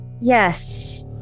Yes